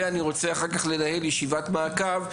ואני רוצה לנהל אחר כך ישיבת מעקב,